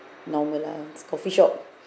normal lah it's coffeeshop